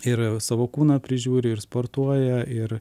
ir savo kūną prižiūri ir sportuoja ir